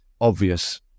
obvious